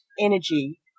energy